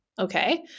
Okay